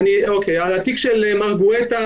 התיק של מר גואטה